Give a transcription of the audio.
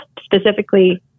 specifically